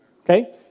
Okay